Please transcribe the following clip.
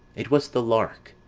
it was the lark,